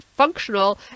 Functional